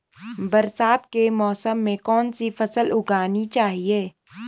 बरसात के मौसम में कौन सी फसल उगानी चाहिए?